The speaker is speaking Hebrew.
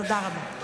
תודה רבה.